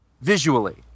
visually